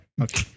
okay